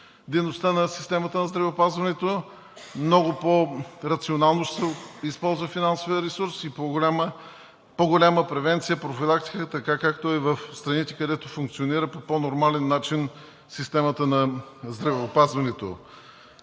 дейността на системата на здравеопазването, много по-рационално ще се използва финансовият ресурс и ще има по-голяма превенция, профилактика, както е в страните, където функционира по по-нормален начин системата на здравеопазването.